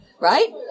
Right